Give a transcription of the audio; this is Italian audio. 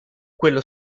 quello